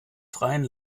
freien